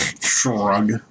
Shrug